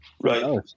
Right